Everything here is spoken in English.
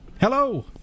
Hello